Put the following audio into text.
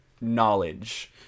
knowledge